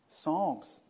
songs